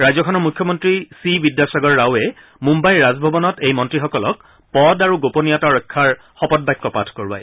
ৰাজ্যখনৰ মুখ্যমন্ত্ৰী চি বিদ্যাসাগৰ ৰাৱে মুম্বাইৰ ৰাজভৱনত এই মন্ত্ৰীসকলক পদ আৰু গোপনীয়তা ৰক্ষাৰ শপতবাক্য পাঠ কৰোৱায়